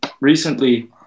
recently